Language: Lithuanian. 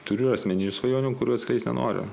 turiu asmeninių svajonių kurių atskleist nenoriu